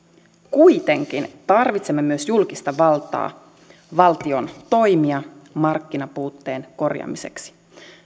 kuitenkin tarvitsemme myös julkista valtaa valtion toimia markkinapuutteen korjaamiseksi